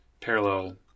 parallel